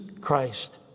Christ